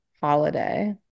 holiday